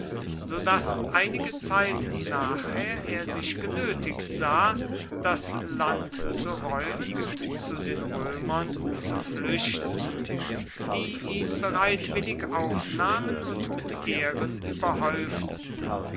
so daß einige zeit nachher er sich genötigt sah das land zu räumen und zu den römern zu flüchten die ihn bereitwillig aufnahmen und mit ehren überhäuften